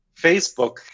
Facebook